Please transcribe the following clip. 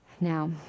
Now